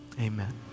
Amen